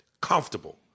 Comfortable